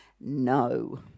no